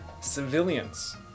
civilians